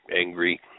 angry